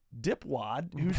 Dipwad